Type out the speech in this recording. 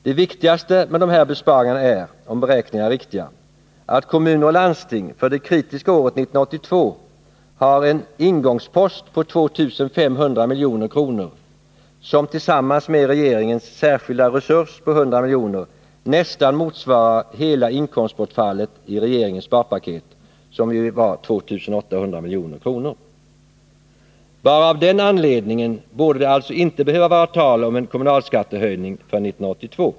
Det viktigaste med de här besparingarna är, om beräkningarna är riktiga, att kommuner och landsting för det kritiska året 1982 har en ingångspost på 2 500 miljoner, som tillsammans med regeringens ”särskilda resurs” på 100 miljoner nästan motsvarar hela inkomstbortfallet i regeringens sparpaket om 2 800 milj.kr. Bara av den anledningen borde det alltså inte behöva vara tal om en kommunalskattehöjning för 1982.